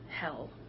hell